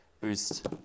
boost